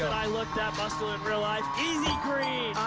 that i looked that muscular in real life. easy green.